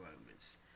moments